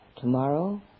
tomorrow